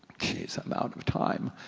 geez i'm out of time.